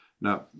Now